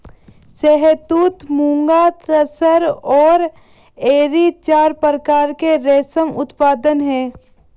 शहतूत, मुगा, तसर और एरी चार प्रकार के रेशम उत्पादन हैं